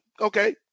Okay